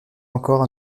encore